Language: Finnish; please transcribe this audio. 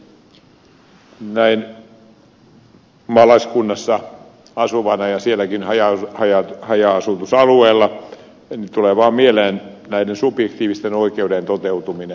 näin maalaiskunnassa ja sielläkin haja asutusalueella asuvana tulee vaan mieleen näiden subjektiivisten oikeuksien toteutuminen